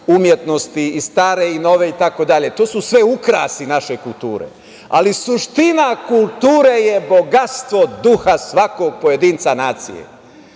umetnosti i stare i nove itd. To su sve ukrasi naše kulture, ali suština kulture je bogatstvo duha svakog pojedinca nacije.